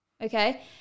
Okay